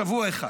שבוע אחד.